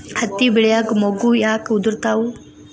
ಹತ್ತಿ ಬೆಳಿಯಾಗ ಮೊಗ್ಗು ಯಾಕ್ ಉದುರುತಾವ್?